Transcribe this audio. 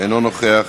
אינו נוכח,